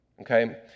okay